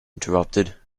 interrupted